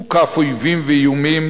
מוקף אויבים ואיומים,